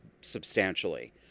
substantially